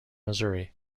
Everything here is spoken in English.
missouri